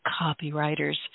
copywriters